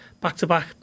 Back-to-back